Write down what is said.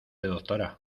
doctora